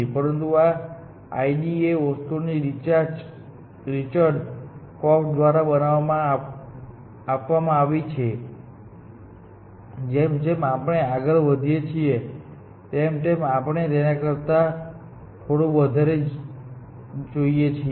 પરંતુ આ IDA વસ્તુ રિચર્ડ કોર્ફ દ્વારા પણ આપવામાં આવી છે અને જેમ જેમ આપણે આગળ વધીએ છીએ તેમ તેમ આપણે તેમના કરતા થોડું વધારે જોઈએ છીએ